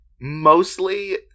mostly